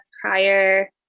prior